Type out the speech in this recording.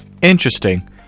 Interesting